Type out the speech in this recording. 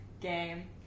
game